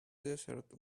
desert